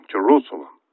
Jerusalem